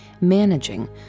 managing